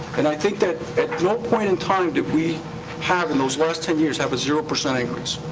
and i think that at no point in time did we have, in those last ten years, have a zero percent increase.